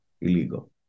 illegal